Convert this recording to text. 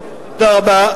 תודה רבה.